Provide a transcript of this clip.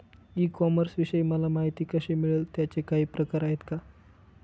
E कॉमर्सविषयी मला माहिती कशी मिळेल? त्याचे काही प्रकार आहेत का?